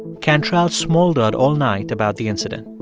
cantrell smouldered all night about the incident.